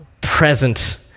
present